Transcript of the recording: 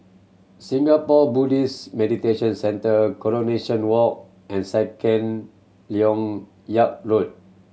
Singapore Buddhist Meditation Centre Coronation Walk and Second Lok Yang Road